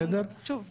שוב,